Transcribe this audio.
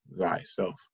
thyself